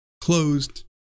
closed